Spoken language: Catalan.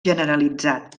generalitzat